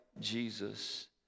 Jesus